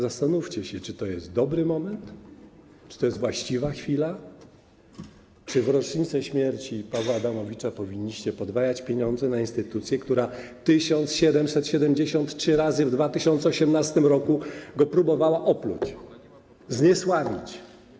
Zastanówcie się, czy to jest dobry moment, czy to jest właściwa chwila, czy w rocznicę śmierci Pawła Adamowicza powinniście podwajać pieniądze na instytucję, która 1773 razy w 2018 r. próbowała opluć, zniesławić, osłabić.